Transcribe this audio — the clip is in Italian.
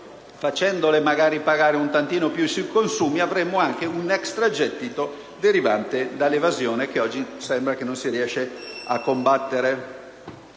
facciamo magari pagare in misura maggiore sui consumi, avremo anche un extragettito derivante dall'evasione che oggi sembra non si riesca a combattere.